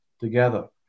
together